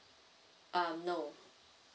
um no